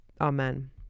Amen